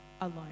alone